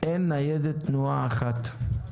אין ניידת תנועה אחת.